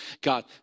God